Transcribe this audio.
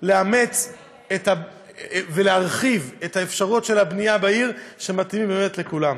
לאמץ ולהרחיב את האפשרויות של הבנייה בעיר שמתאימות לכולם.